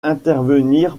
intervenir